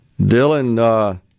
Dylan